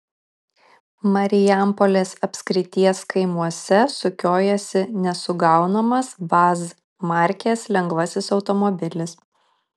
marijampolės apskrities kaimuose sukiojasi nesugaunamas vaz markės lengvasis automobilis